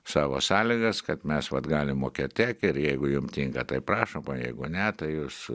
savo sąlygas kad mes vat galim mokėt tiek ir jeigu jum tinka tai prašom o jeigu ne tai jūs